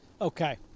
Okay